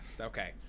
okay